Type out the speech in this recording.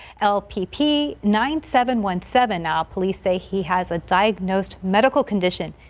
l p p ninety seven one, seven, now police say he has a diagnosed medical condition.